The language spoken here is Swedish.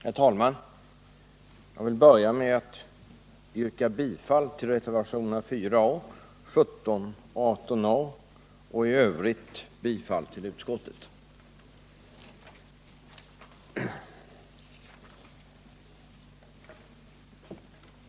Herr talman! Jag vill börja med att yrka bifall till reservationerna 4 a, 17, 18 a och i övrigt bifall till utskottets hemställan.